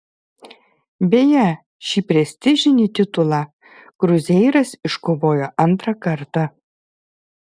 beje šį prestižinį titulą kruzeiras iškovojo antrą kartą